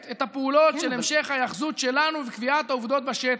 את הפעולות של המשך ההיאחזות שלנו וקביעת העובדות בשטח.